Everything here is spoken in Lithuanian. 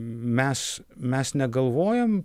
mes mes negalvojam